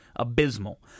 abysmal